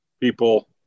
people